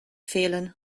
fehlen